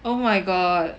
oh my god